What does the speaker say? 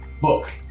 book